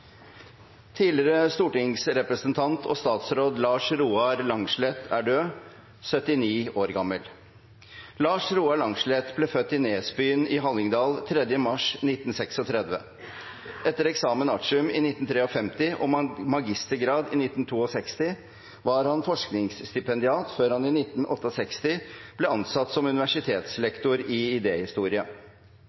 Tidligere stortingsrepresentant og statsråd Lars Roar Langslet er død, 79 år gammel. Lars Roar Langslet ble født i Nesbyen i Hallingdal 3. mars 1936. Etter examen artium i 1953 og magistergrad i 1962 var han forskningsstipendiat før han i 1968 ble ansatt som universitetslektor i